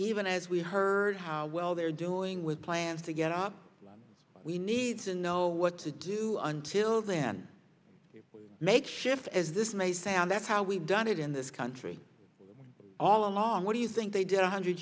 even as we heard how well they're doing with plans to get up we need to know what to do until then you make shift as this may sound that's how we've done it in this country all along what do you think they did a hundred